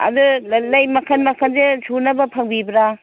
ꯑꯗꯨ ꯂꯩ ꯃꯈꯟ ꯃꯈꯟꯁꯦ ꯁꯨꯅꯕ ꯐꯪꯕꯤꯕ꯭ꯔꯥ